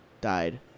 died